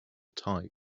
type